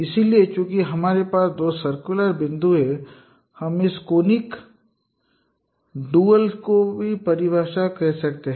इसलिए चूंकि हमारे पास यह दो सर्कुलर बिंदु हैं इसलिए हम कनिक डुअल्स को भी परिभाषित कर सकते हैं